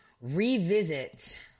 revisit